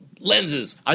Lenses